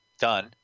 done